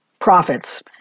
profits